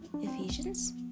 ephesians